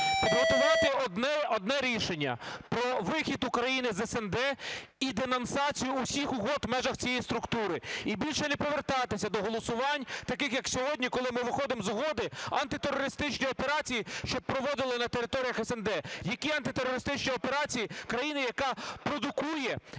підготувати одне рішення про вихід України з СНД і денонсацію всіх угод в межах цієї структури. І більше не повертатися до голосувань таких, як сьогодні, коли ми виходимо з Угоди антитерористичної операції, щоб проводили на територіях СНД. Які антитерористичні операції країни, яка продукує і